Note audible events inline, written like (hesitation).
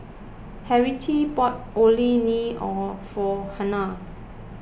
Harriette bought Orh Nee (hesitation) for Hernan